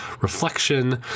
reflection